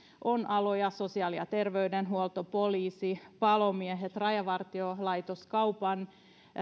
on aloja sosiaali ja terveydenhuolto poliisi palomiehet rajavartiolaitos kaupan